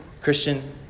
Christian